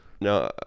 No